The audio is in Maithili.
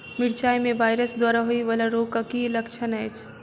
मिरचाई मे वायरस द्वारा होइ वला रोगक की लक्षण अछि?